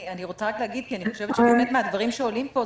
אני רוצה להגיד כי אני חושבת שכחלק מן הדברים שעולים פה,